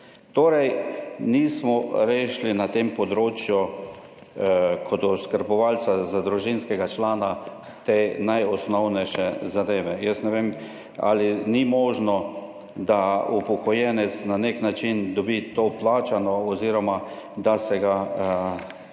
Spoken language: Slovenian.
Torej nismo rešili na tem področju kot oskrbovalca za družinskega člana te najosnovnejše zadeve. Jaz ne vem ali ni možno, da upokojenec na nek način dobi to plačano oziroma da se ga